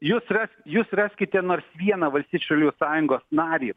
jūs ras jūs raskite nors vieną valstiečių liu sąjungos narį